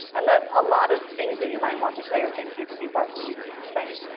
and that a lot of things that you might want to say are things you could be prosecuted for saying,